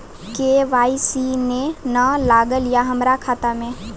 KYC ने न लागल या हमरा खाता मैं?